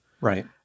right